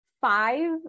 five